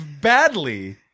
Badly